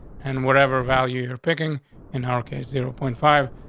and whatever value you're picking in her case zero point five,